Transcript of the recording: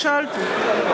שאלתי.